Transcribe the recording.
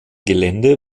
gelände